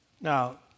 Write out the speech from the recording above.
Now